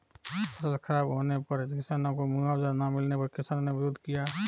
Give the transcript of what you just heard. फसल खराब होने पर किसानों को मुआवजा ना मिलने पर किसानों ने विरोध किया